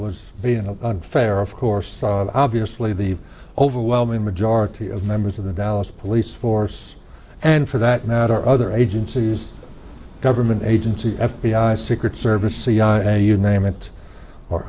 was being unfair of course obviously the overwhelming majority of members of the dallas police force and for that matter other agencies government agencies f b i secret service cia you name it or